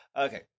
Okay